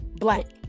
black